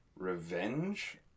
revenge